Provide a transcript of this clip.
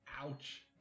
Ouch